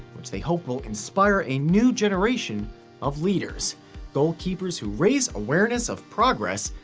which they hope will inspire a new generation of leaders goalkeepers who raise awareness of progress,